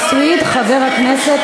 חבר הכנסת